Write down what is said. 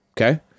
okay